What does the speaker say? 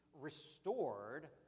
restored